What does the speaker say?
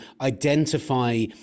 identify